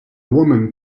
woman